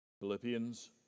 Philippians